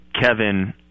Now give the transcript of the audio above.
Kevin